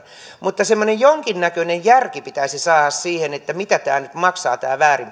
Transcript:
mutta semmoinen jonkinnäköinen järki pitäisi saada siihen mitä väärin